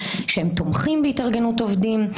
שהם תומכים בהתארגנות עובדים.